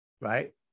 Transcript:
right